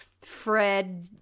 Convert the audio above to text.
Fred